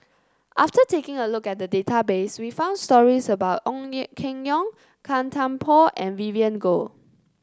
after taking a look at the database we found stories about Ong Keng Yong Gan Thiam Poh and Vivien Goh